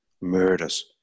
murders